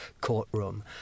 courtroom